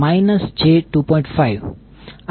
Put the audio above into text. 5